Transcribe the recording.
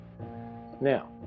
now